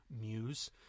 muse